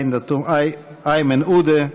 איימן עודה,